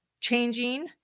changing